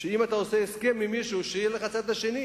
שאם אתה עושה הסכם עם מישהו, שיהיה לך צד שני